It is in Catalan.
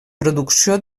producció